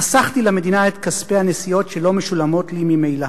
חסכתי למדינה את כספי הנסיעות שלא משולמות לי ממילא,